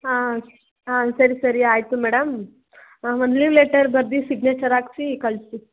ಹಾಂ ಹಾಂ ಸರಿ ಸರಿ ಆಯಿತು ಮೇಡಮ್ ಒಂದು ಲೀವ್ ಲೆಟರ್ ಬರ್ದು ಸಿಗ್ನೇಚರ್ ಹಾಕ್ಸಿ ಕಳಿಸಿ